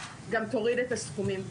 גם תוריד את הסכומים,